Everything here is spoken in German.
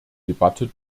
debatte